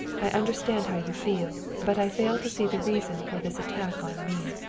i understand how you feel, but i fail to see the reason for this attack on me.